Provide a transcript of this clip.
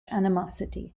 animosity